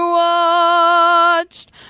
watched